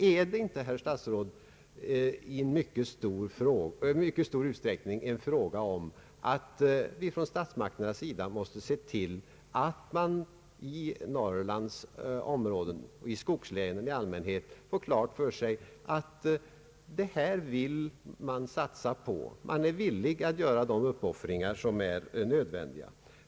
Är inte detta, herr statsråd, i mycket stor utsträckning en fråga om att statsmakterna måste se till att människorna i Norrland — och i skogslänen i allmänhet — får klart för sig vad staten vill satsa på och att medborgarna är villiga att göra de uppoffringar härför som erfordras.